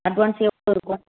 advance எவ்வளோ இருக்கும்